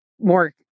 more